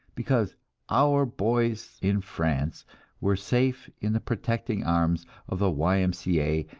because our boys in france were safe in the protecting arms of the y. m. c. a.